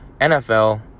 NFL